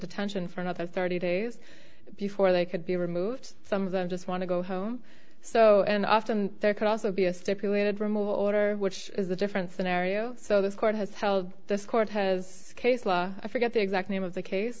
detention for another thirty days before they could be removed some of them just want to go home so and often there could also be a stipulated removal order which is a different scenario so this court has held this court has case law i forget the exact name of the